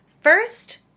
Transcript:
First